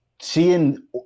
seeing